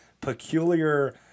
peculiar